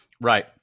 right